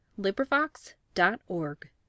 LibriVox.org